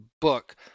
book